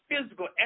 physical